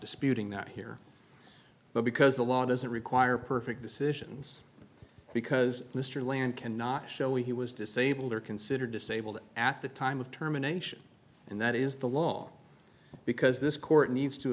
disputing that here but because the law doesn't require perfect decisions because mr land can not show he was disabled are considered disabled at the time of terminations and that is the law because this court needs to